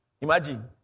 Imagine